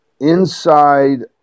inside